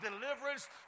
deliverance